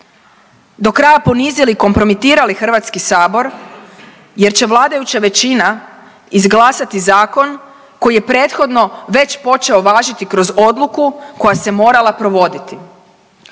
do kraja ponizili, kompromitirali Hrvatski sabor jer će vladajuća većina izglasati zakon koji je prethodno već počeo važiti kroz odluku koja se morala provoditi.